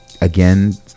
Again